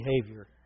behavior